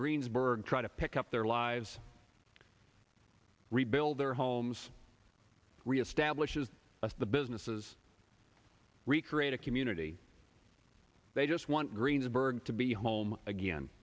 greensburg try to pick up their lives rebuild their homes reestablishes of the businesses recreate a community they just want greensburg to be home again